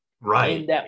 Right